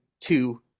two